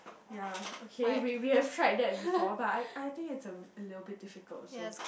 ya okay we we were tried that before but I I think it's a little bit difficult also